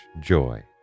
JOY